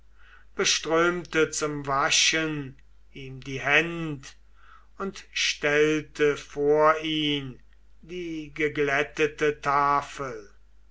beströmte zum waschen ihnen die händ und stellte vor sie die geglättete tafel